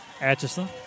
Atchison